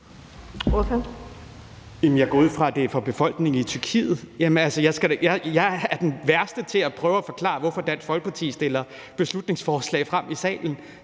jeg går ud fra, at det er for befolkningen i Tyrkiet. Jeg er den værste til at prøve at forklare, hvorfor Dansk Folkeparti fremsætter beslutningsforslag i salen.